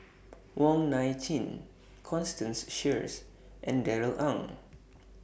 Wong Nai Chin Constance Sheares and Darrell Ang